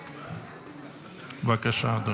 בבקשה.